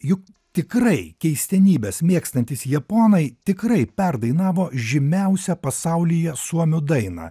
juk tikrai keistenybes mėgstantys japonai tikrai perdainavo žymiausią pasaulyje suomių dainą